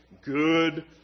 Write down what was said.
good